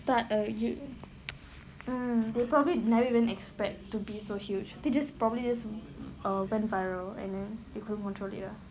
start a you~ mm they probably never even expect to be so huge they just probably just err went viral and then